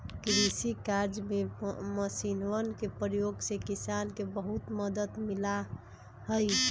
कृषि कार्य में मशीनवन के प्रयोग से किसान के बहुत मदद मिला हई